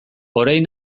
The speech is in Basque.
orain